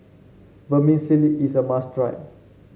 vermicelli is a must try